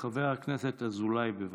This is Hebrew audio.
חבר הכנסת אזולאי, בבקשה.